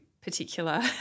particular